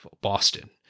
Boston